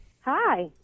hi